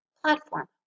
platform